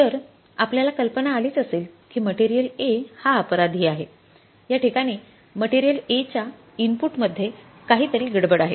तर आपल्याला कल्पना आलीच असेल कि मटेरियल A हा अपराधी आहे याठिकाणी मटेरियल A च्या इनपुट मध्ये काहीतरी गडबड आहे